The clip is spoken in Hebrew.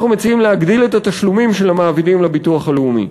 אנחנו מציעים להגדיל את התשלומים של המעבידים לביטוח הלאומי.